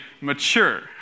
mature